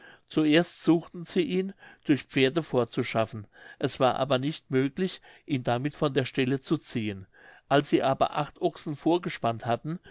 zuerst suchten sie ihn durch pferde fortzuschaffen es war aber nicht möglich ihn damit von der stelle zu ziehen als sie aber acht ochsen vorgespannt hatten